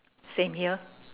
same here